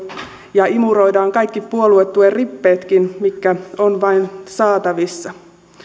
ja imuroidaan kaikki puoluetuen rippeetkin mitkä vain ovat saatavissa